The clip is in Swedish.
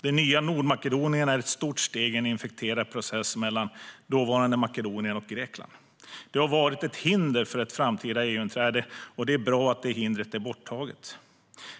Det nya Nordmakedonien är ett stort steg i en infekterad process mellan dåvarande Makedonien och Grekland. Det har varit ett hinder för ett framtida EU-inträde, och det är bra att det hindret är borttaget.